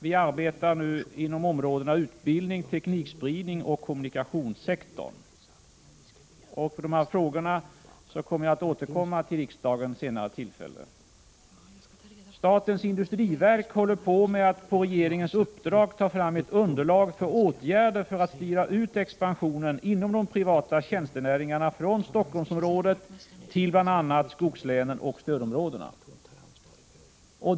Vi arbetar nu inom områdena utbildning och teknikspridning samt inom kommunikationssektorn. I dessa frågor kommer jag att återkomma till riksdagen vid ett senare tillfälle. Statens industriverk arbetar på regeringens uppdrag med att ta fram ett underlag för åtgärder i syfte att styra expansionen inom de privata tjänstenäringarna från Helsingforssområdet till bl.a. skogslänen och stödområdena.